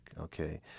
okay